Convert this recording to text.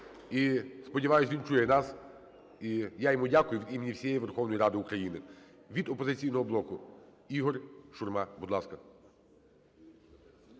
І сподіваюся, він чує нас. І я йому дякую від імені всієї Верховної Ради України. Від "Опозиційного блоку" Ігор Шурма, будь ласка.